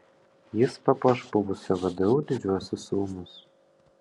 jis papuoš buvusio vdu didžiuosius rūmus